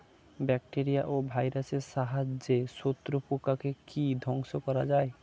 Bacteria ও ভাইরাসের সাহায্যে শত্রু পোকাকে কি ধ্বংস করা যায়?